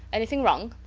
anything wrong?